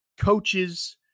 coaches